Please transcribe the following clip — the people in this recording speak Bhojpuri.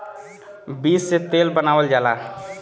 बीज से तेल बनावल जाला